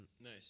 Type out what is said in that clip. Nice